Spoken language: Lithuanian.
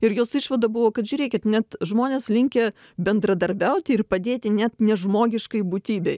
ir jos išvada buvo kad žiūrėkit net žmonės linkę bendradarbiauti ir padėti net nežmogiškai būtybei